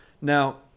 Now